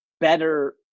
better